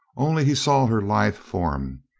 only he saw her lithe form,